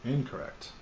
Incorrect